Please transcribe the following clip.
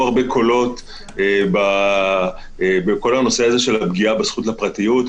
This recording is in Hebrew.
הרבה קולות בכל הנושא של הפגיעה בזכות לפרטיות,